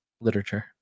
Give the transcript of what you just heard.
literature